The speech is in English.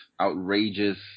outrageous